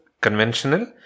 conventional